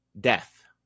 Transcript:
death